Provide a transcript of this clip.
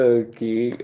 okay